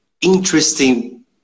interesting